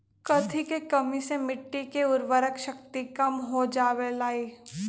कथी के कमी से मिट्टी के उर्वरक शक्ति कम हो जावेलाई?